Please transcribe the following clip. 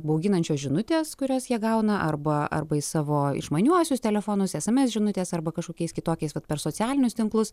bauginančios žinutės kurias jie gauna arba arba į savo išmaniuosius telefonus sms žinutes arba kažkokiais kitokiais vat per socialinius tinklus